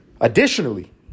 Additionally